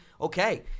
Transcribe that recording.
Okay